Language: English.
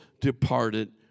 departed